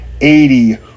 eighty